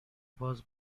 باز